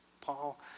Paul